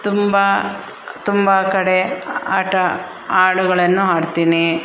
ತುಂಬ ತುಂಬ ಕಡೆ ಆಟ ಹಾಡುಗಳನ್ನು ಹಾಡ್ತೀನಿ